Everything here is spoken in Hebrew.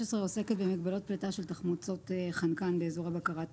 עוסקת במגבלות פליטה של תחמוצות חנקן באזור בקרת הפליטה.